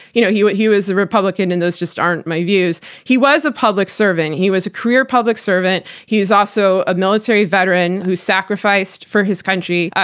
you know he but he was a republican, and those just aren't my views. he was a public servant. he was a career public servant. he was also a military veteran who sacrificed for his country,